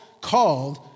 called